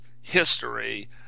history